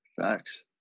Facts